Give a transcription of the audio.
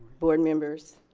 board members,